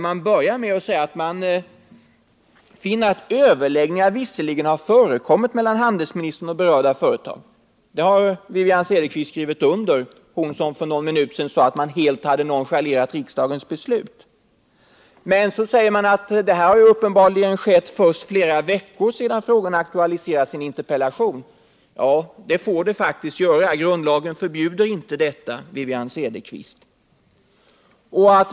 Man börjar med att säga att man finner att ”överläggningar visserligen har förekommit mellan handelsministern och berörda företag” — detta har ju Wivi-Anne Cederqvist skrivit under, fastän hon för någon minut sedan sade att man hade helt nonchalerat riksdagens beslut — och fortsätter: ”men då detta uppenbarligen skett först flera veckor sedan frågan aktualise "rats i en interpellation ---.” Ja, så får man faktiskt göra. Grundlagen förbjuder inte detta, Wivi-Anne Cederqvist!